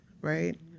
right